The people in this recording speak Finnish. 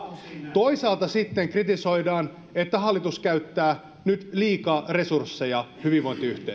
toisaalta sitten kritisoidaan että hallitus käyttää nyt liikaa resursseja hyvinvointiyhteiskuntaan